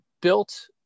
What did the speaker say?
built